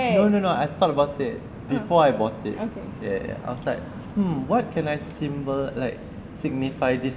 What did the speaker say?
no no no I though about it before I bought it ya ya ya I was like mm what can I symbol~ like signify this